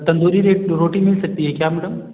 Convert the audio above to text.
तंदूरी रेट रोटी मिल सकती है क्या मैडम